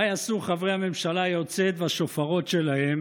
מה יעשו חברי הממשלה היוצאת והשופרות שלהם